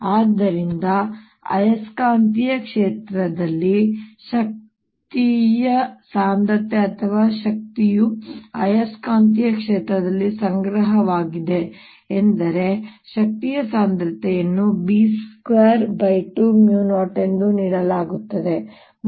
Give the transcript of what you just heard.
ಆದ್ದರಿಂದ ಆಯಸ್ಕಾಂತೀಯ ಕ್ಷೇತ್ರದಲ್ಲಿ ಶಕ್ತಿಯ ಸಾಂದ್ರತೆ ಅಥವಾ ಶಕ್ತಿಯು ಆಯಸ್ಕಾಂತೀಯ ಕ್ಷೇತ್ರದಲ್ಲಿ ಸಂಗ್ರಹವಾಗಿದೆ ಎಂದರೆ ಶಕ್ತಿಯ ಸಾಂದ್ರತೆಯನ್ನು B220 ಎಂದು ನೀಡಲಾಗುತ್ತದೆ